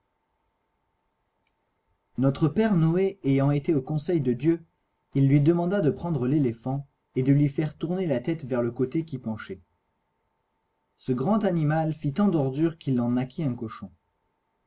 notre père noé ayant été au conseil de dieu il lui commanda de prendre l'éléphant de lui faire tourner la tête vers le côté qui penchait ce grand animal fit tant d'ordures qu'il en naquit un cochon